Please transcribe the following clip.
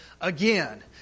again